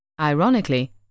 Ironically